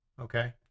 okay